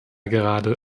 gerade